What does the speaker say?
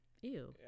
Ew